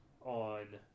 on